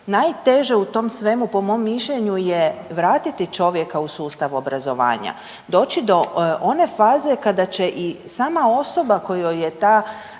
Najteže u tom svemu po mom mišljenju je vratiti čovjeka u sustav obrazovanja, doći do one faze kada će i sama osoba kojoj je ta